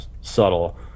subtle